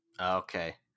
okay